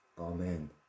Amen